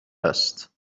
است